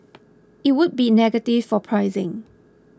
it would be negative for pricing